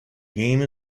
game